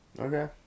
Okay